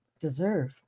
Deserve